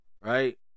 Right